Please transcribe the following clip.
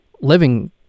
living